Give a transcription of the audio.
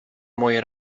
moje